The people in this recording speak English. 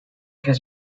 has